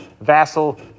vassal